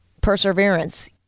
perseverance